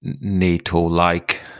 NATO-like